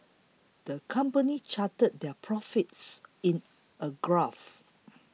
the company charted their profits in a graph